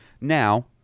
Now